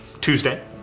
Tuesday